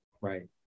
Right